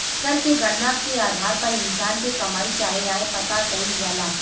कर के गणना के आधार पर इंसान के कमाई चाहे आय पता कईल जाला